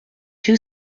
two